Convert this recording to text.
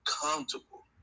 comfortable